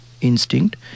instinct